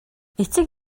эцэг